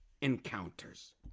encounters